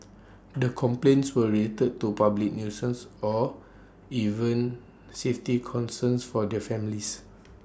the complaints were related to public nuisance or even safety concerns for their families